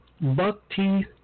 buck-teeth